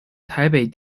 台北